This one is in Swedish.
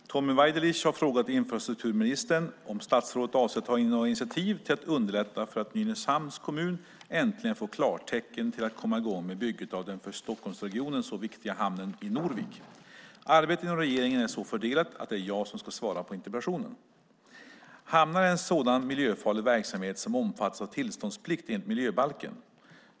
Herr talman! Tommy Waidelich har frågat infrastrukturministern om statsrådet avser att ta några initiativ för att underlätta för att Nynäshamns kommun äntligen ska få klartecken att komma i gång med bygget av den för Stockholmsregionen så viktiga hamnen i Norvik. Arbetet inom regeringen är så fördelat att det är jag som ska svara på interpellationen. Hamnar är sådan miljöfarlig verksamhet som omfattas av tillståndsplikt enligt miljöbalken.